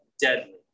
deadly